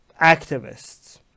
activists